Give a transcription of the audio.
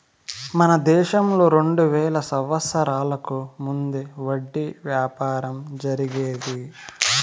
మన దేశంలో రెండు వేల సంవత్సరాలకు ముందే వడ్డీ వ్యాపారం జరిగేది